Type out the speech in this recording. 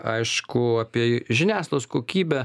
aišku apie žiniasklaidos kokybę